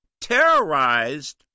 terrorized